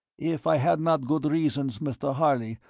if i had not good reasons, mr. harley,